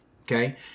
Okay